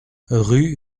rue